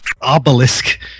obelisk